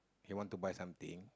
he want to buy something